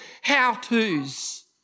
how-tos